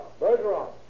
Bergeron